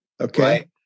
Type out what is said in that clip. Okay